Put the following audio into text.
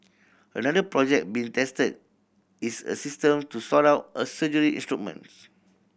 another project being tested is a system to sort out a surgery instruments